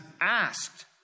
asked